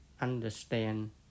understand